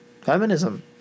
feminism